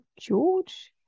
George